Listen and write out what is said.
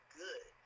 good